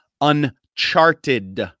Uncharted